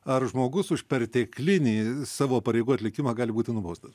ar žmogus už perteklinį savo pareigų atlikimą gali būti nubaustas